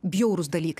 bjaurūs dalykai